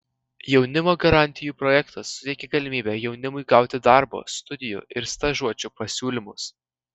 jaunimo garantijų projektas suteikia galimybę jaunimui gauti darbo studijų ir stažuočių pasiūlymus